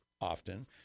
often